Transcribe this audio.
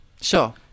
Sure